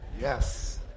Yes